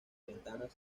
ventanas